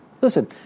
Listen